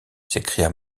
s’écria